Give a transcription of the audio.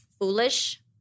foolish